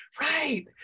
Right